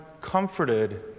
comforted